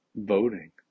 voting